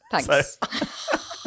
Thanks